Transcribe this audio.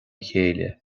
chéile